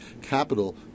capital